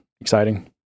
exciting